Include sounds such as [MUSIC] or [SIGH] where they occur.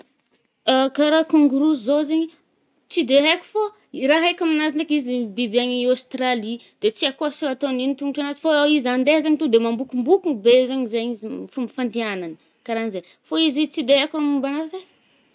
[NOISE] A- karaha kangourou zao zaigny, tsy haiko fô i raha haiko aminazy ndraiky izy [HESITATION] biby agny Australie. De tsy aiko kôa sô atôny ino tongotranazy fô izy andeha zagny to nde mambokombokogno de zagny zaigny izy m- [HESITATION] fômba fandihagnany. karaha anzay. Fô izy tsy de haiko m- [HESITATION] mômba anazy e.